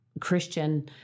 Christian